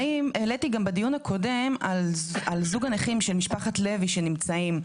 העליתי גם בדיון הקודם על זוג הנכים של משפחת לוי שנמצאים.